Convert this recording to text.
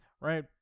Right